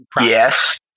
yes